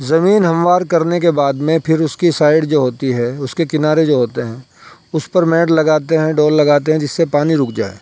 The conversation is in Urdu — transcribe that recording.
زمیں ہموار کرنے کے بعد میں پھر اس کی سائڈ جو ہوتی ہے اس کے کنارے جو ہوتے ہیں اس پر میڈ لگاتے ہیں ڈول لگاتے ہیں جس سے پانی رک جائے